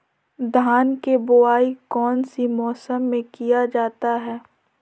धान के बोआई कौन सी मौसम में किया जाता है?